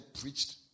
preached